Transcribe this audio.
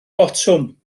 botwm